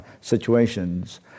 situations